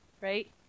right